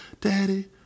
Daddy